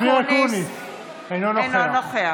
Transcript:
אקוניס, אינו נוכח